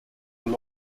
with